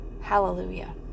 Hallelujah